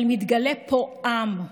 אבל מתגלה פה עם,